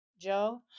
Joe